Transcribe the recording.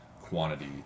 quantity